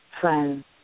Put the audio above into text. friends